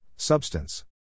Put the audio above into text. Substance